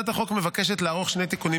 לקריאה